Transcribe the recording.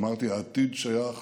אמרתי: העתיד שייך